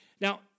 Now